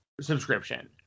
subscription